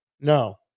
No